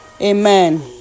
Amen